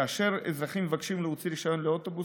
כאשר אזרחים מבקשים להוציא רישיון לאוטובוס,